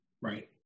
Right